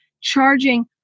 charging